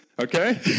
okay